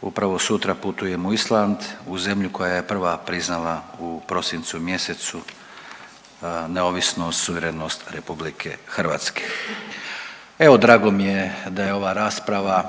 upravo sutra putujemo u Island, u zemlju koja je prva priznala u prosincu mjesecu neovisnost, suverenost RH. Evo, drago mi je da je ova rasprava